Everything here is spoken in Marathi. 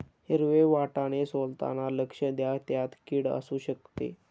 हिरवे वाटाणे सोलताना लक्ष द्या, त्यात किड असु शकते